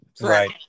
Right